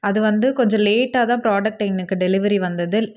அது வந்து கொஞ்சம் லேட்டாக தான் ப்ராடக்ட் எனக்கு டெலிவரி வந்ததில்